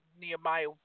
Nehemiah